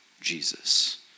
Jesus